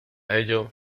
ello